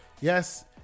yes